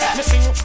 Missing